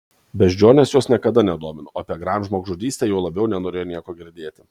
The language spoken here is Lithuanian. beždžionės jos niekada nedomino o apie grand žmogžudystę juo labiau nenorėjo nieko girdėti